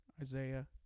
Isaiah